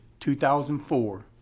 2004